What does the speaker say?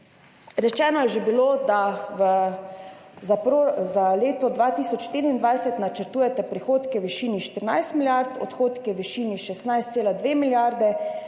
Rečeno je že bilo, da za leto 2024 načrtujete prihodke v višini 14 milijard, odhodke v višini 16,2 milijarde,